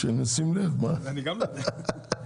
אני גם לא יודע.